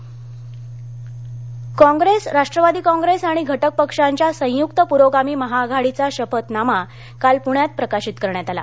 शपथनामा Congress राष्ट्वादी Congress आणि घटक पक्षांच्या संयुक्त पुरोगामी महाआघाडीचा शपथनामा काल पृण्यात प्रकाशित करण्यात आला